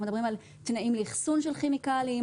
מדברים על תנאים לאחסון של כימיקלים,